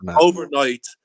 overnight